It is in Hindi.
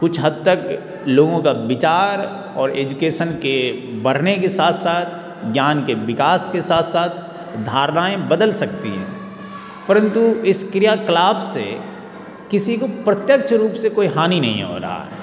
कुछ हद्द तक लोगों का विचार और एजुकेशन के बढ़ने के साथ साथ ज्ञान के विकास के साथ साथ धारनाएं बदल सकती हैं परंतु इस क्रियाकलाप से किसी को प्रत्यक्ष रूप से कोई हानि नहीं हो रही है